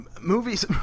movies